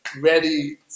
ready